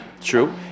true